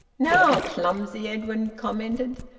now, clumsy! edwin commented.